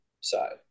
side